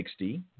60